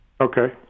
Okay